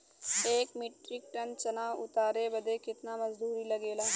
एक metric ton चना उतारे बदे कितना मजदूरी लगे ला?